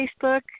Facebook